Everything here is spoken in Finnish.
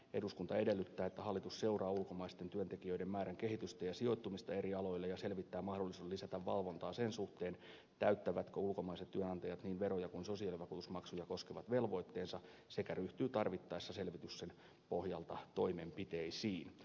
eduskunta edellyttää että hallitus seuraa ulkomaisten työntekijöiden määrän kehitystä ja sijoittumista eri aloille ja selvittää mahdollisuudet lisätä valvontaa sen suhteen täyttävätkö ulkomaiset työnantajat niin veroja kuin sosiaalivakuutusmaksuja koskevat velvoitteensa sekä ryhtyy tarvittaessa selvityksen pohjalta toimenpiteisiin